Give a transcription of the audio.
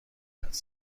حدس